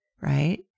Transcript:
right